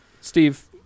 Steve